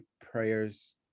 prayers